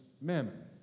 Mammon